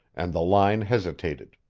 and the line hesitated.